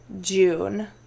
June